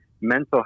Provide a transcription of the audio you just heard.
mental